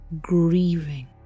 grieving